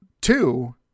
two